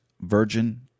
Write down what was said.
virgin